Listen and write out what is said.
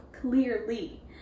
clearly